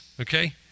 okay